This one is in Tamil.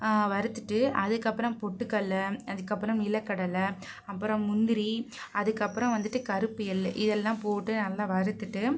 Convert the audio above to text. வறுத்துவிட்டு அதுக்கு அப்புறம் பொட்டுக்கடல அதுக்கு அப்புறம் நிலக்கடலை அப்புறம் முந்திரி அதுக்கு அப்புறம் வந்துட்டு கருப்பு எள் இதெல்லாம் போட்டு நல்லா வறுத்துகிட்டு